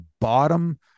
bottom